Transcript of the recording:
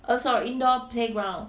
err sorry indoor playground